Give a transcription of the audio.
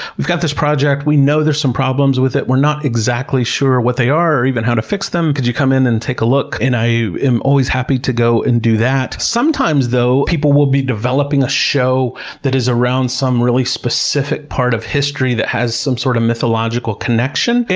we've got this project, we know there's some problems with it. we're not exactly sure what they are or even how to fix them. could you come in and take a look? and i am always happy to go and do that. sometimes though, people will be developing a show that is around some really specific part of history that has some sort of mythological connection.